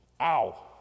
ow